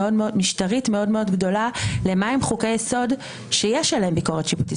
משטרית מאוד מאוד גדולה למה הם חוקי היסוד שיש עליהם ביקורת שיפוטית.